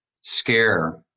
scare